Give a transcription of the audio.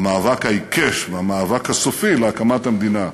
המאבק העיקש והמאבק הסופי להקמת המדינה.